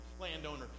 landowner